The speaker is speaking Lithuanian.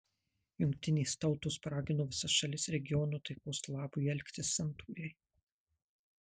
jungtinės tautos paragino visas šalis regiono taikos labui elgtis santūriai